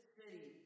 city